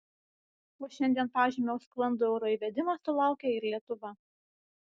o šiandien pažymio už sklandų euro įvedimą sulaukė ir lietuva